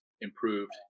improved